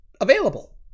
available